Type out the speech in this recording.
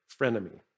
Frenemy